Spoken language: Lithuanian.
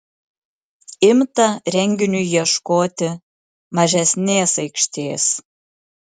imta renginiui ieškoti mažesnės aikštės